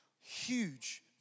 Huge